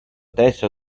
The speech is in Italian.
testo